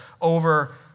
over